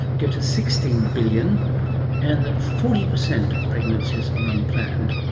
go to sixteen billion and that forty percent of pregnancies are unplanned.